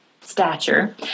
stature